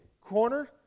corner